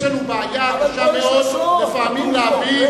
יש לנו בעיה קשה מאוד, אבל פה יש, לפעמים להבין.